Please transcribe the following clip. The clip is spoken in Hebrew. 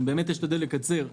אני באמת אשתדל לקצר,